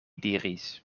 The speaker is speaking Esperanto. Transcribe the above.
diris